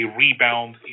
rebound